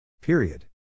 Period